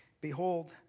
Behold